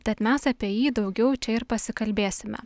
tad mes apie jį daugiau čia ir pasikalbėsime